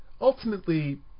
ultimately